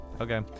Okay